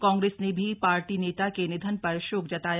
कांग्रेस ने भी पार्टी नेता के निधन शोक जताया